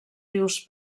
rius